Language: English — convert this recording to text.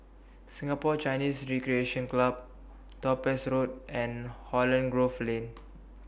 Singapore Chinese Recreation Club Topaz Road and Holland Grove Lane